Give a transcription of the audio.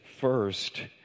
First